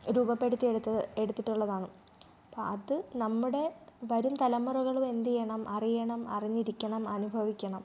രൂപപ്പെടുത്തി എടുത്ത് എടുത്തിട്ടുള്ളതാണ് അപ്പോൾ അത് നമ്മുടെ വരും തലമുറകളും എന്തു ചെയ്യണം അറിയണം അറിഞ്ഞിരിക്കണം അനുഭവിക്കണം